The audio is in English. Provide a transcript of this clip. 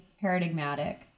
paradigmatic